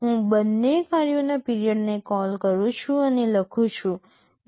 હું બંને કાર્યોના પીરિયડને કોલ કરું છું અને લખું છું 0